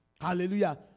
Hallelujah